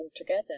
altogether